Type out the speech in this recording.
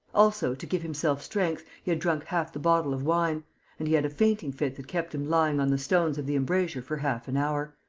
also, to give himself strength, he had drunk half the bottle of wine and he had a fainting-fit that kept him lying on the stones of the embrasure for half an hour.